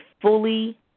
fully